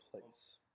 place